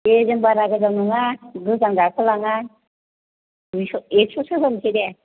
दे जों बारा गोजान नङा गोजान गाखोलाङा दुइस' एकस'सो होनोसै दे